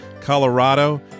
Colorado